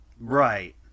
right